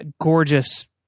gorgeous